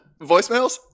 Voicemails